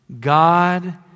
God